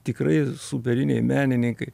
tikrai superiniai menininkai